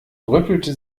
rüttelte